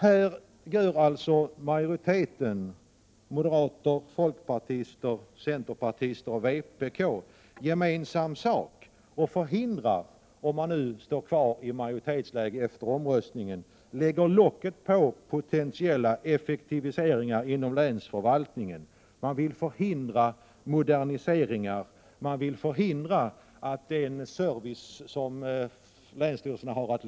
Här kommer alltså majoriteten — moderater, folkpartister, centerpartister och vpk — att lägga locket på för potentiella effektiviseringar inom länsförvaltningen, om nu utskottsmajoriteten består även vid omröstningen i kammaren. Man vill förhindra moderniseringar. Man vill lägga hinder i vägen när det gäller att förbättra länsstyrelsernas service.